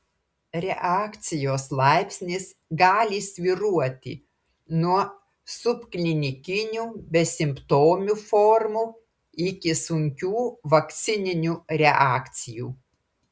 reakcijos laipsnis gali svyruoti nuo subklinikinių besimptomių formų iki sunkių vakcininių reakcijų